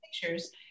pictures